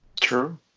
True